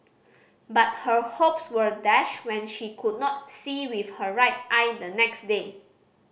but her hopes were dashed when she could not see with her right eye the next day